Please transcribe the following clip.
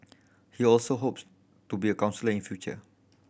he also hopes to be a counsellor in future